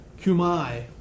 Kumai